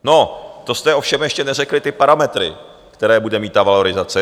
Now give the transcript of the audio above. No, to jste ovšem ještě neřekli ty parametry, které bude mít ta valorizace.